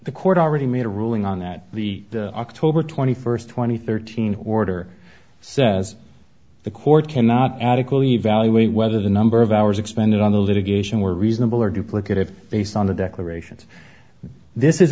the court already made a ruling on that the october twenty first twenty thirteen order says the court cannot adequately evaluate whether the number of hours expended on the litigation were reasonable or duplicative based on the declarations this is